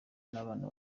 n’abana